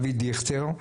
אבי דיכטר,